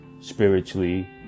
spiritually